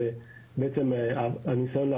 למעשה ניסיון,